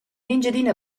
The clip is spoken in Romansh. engiadina